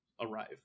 arrive